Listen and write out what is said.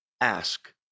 Ask